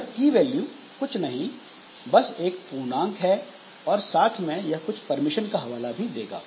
यह की वैल्यू कुछ नहीं बस एक पूर्णांक है और साथ में यह कुछ परमिशन का हवाला भी देगा